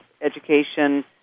education